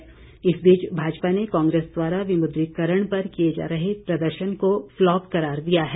पलटवार इस बीच भाजपा ने कांग्रेस द्वारा विमुद्रीकरण पर किए जा रहें प्रदर्शन को फ्लॉप करार दिया है